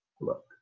look